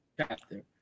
chapter